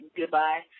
goodbye